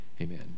Amen